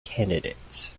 candidates